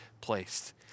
placed